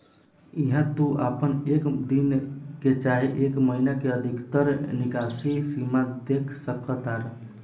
इहा तू आपन एक दिन के चाहे एक महीने के अधिकतर निकासी सीमा देख सकतार